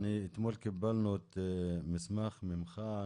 אתמול קיבלנו מסמך ממך,